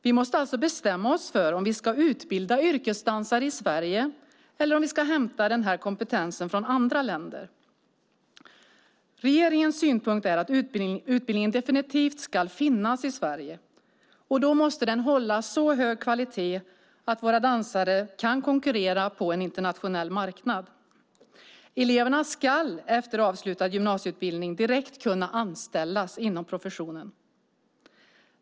Vi måste alltså bestämma oss för om vi ska utbilda yrkesdansare i Sverige eller om vi ska hämta denna kompetens från andra länder. Regeringens synpunkt är att utbildningen definitivt ska finnas i Sverige, och då måste den hålla så hög kvalitet att våra dansare kan konkurrera på en internationell marknad. Eleverna ska efter avslutad gymnasieutbildning direkt kunna anställas inom professionen.